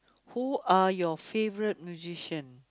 who are your favourite musician